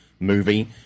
movie